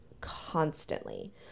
constantly